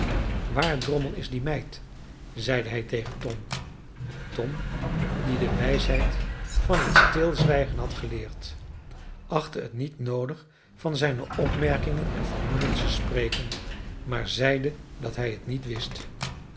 waar drommel is die meid zeide hij tegen tom tom die de wijsheid van het stilzwijgen had geleerd achtte het niet noodig van zijne opmerkingen en vermoedens te spreken maar zeide dat hij het niet wist